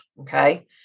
Okay